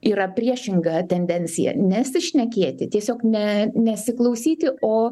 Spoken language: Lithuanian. yra priešinga tendencija nesišnekėti tiesiog ne nesiklausyti o